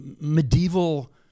medieval